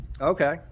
okay